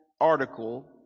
article